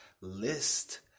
list